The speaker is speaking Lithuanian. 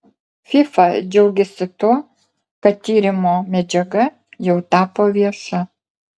fifa džiaugiasi tuo kad tyrimo medžiaga jau tapo vieša